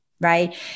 Right